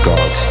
God